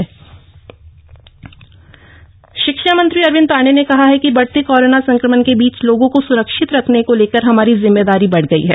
बैठक अरविंद पांडेय शिक्षा मंत्री अरविंद पांडेय ने कहा है कि बढ़ते कोरोना संक्रमण के बीच लोगों को सुरक्षित रखने को लेकर हमारी जिम्मेदारी बढ गयी है